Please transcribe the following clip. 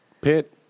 pit